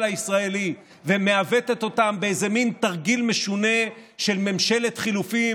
הישראלי ומעוותת אותם באיזה מין תרגיל משונה של ממשלת חילופים,